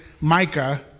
Micah